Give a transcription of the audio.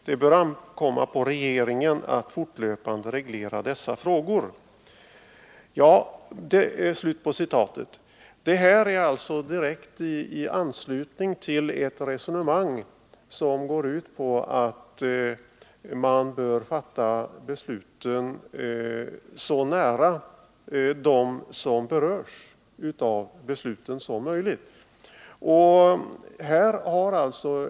Det bör ankomma på regeringen att fortlöpande reglera dessa frågor.” Detta kommer alltså i direkt anslutning till ett resonemang som går ut på att besluten bör fattas så nära dem som berörs av besluten som möjligt.